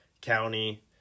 county